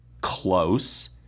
Close